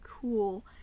cool